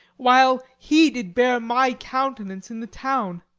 while he did bear my countenance in the town